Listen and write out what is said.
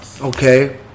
Okay